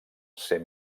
ser